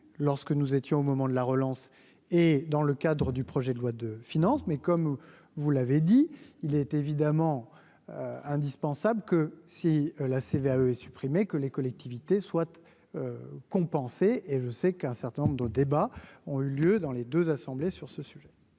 lorsque nous étions au moment de la relance et, dans le cadre du projet de loi de finances, mais comme vous l'avez dit, il est évidemment indispensable que si la CVAE et supprimer que les collectivités soient compenser et je sais qu'un certain nombre de débats ont eu lieu dans les 2 assemblées sur ce sujet.